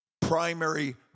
primary